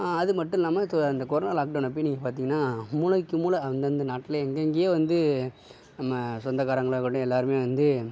அதுமட்டும் இல்லாமல் இந்த கொரோனா லாக்டவுன் அப்போ நீங்கள் பார்த்திங்கனா மூலைக்கு மூலை அந்தந்த நாட்டில எங்கெங்கயோ வந்து நம்ம சொந்தகாரங்கலாம் இருக்கட்டும் எல்லாருமே வந்து